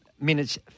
minutes